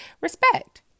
respect